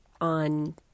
on